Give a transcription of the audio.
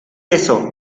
eso